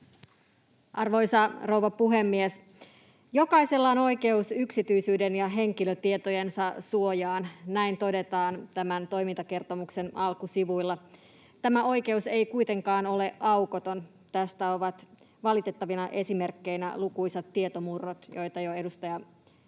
Arvoisa rouva puhemies! ”Jokaisella on oikeus yksityisyyden ja henkilötietojensa suojaan.” Näin todetaan tämän toimintakertomuksen alkusivuilla. Tämä oikeus ei kuitenkaan ole aukoton. Tästä ovat valitettavina esimerkkeinä lukuisat tietomurrot, joita jo edustaja